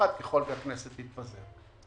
ככל שהכנסת תתפזר.